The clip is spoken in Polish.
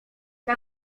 dla